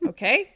Okay